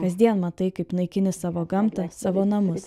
kasdien matai kaip naikini savo gamtą savo namus